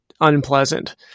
unpleasant